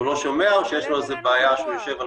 שהוא לא שומע או שיש לו בעיה כשהוא יושב על כיסא,